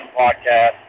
podcast